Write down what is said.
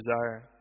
desire